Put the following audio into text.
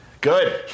Good